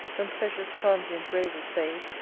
when pleasure's transient roses fade,